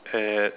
at